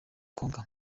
konka